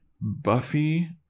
Buffy